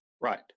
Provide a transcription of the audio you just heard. Right